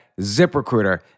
ZipRecruiter